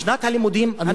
בשנת הלימודים הנוכחית,